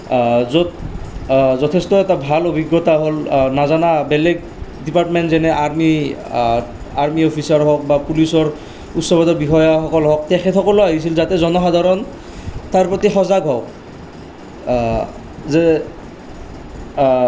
য'ত যথেষ্ট এটা ভাল অভিজ্ঞতা হ'ল নজনা বেলেগ ডিপাৰ্টমেণ্ট যেনে আৰ্মি আৰ্মি অফিচাৰ হওক বা পুলিচৰ উচ্চগত বিষয়াসকল হওক তেখেতসকলো আহিছিল যাতে জনসাধাৰণ তাৰ প্ৰতি সজাগ হওক যে